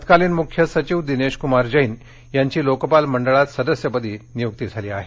तत्कालीन मुख्य सचिव दिनेश कुमार जैन यांची लोकपाल मंडळात सदस्यपदी नियुक्ती झाली आहे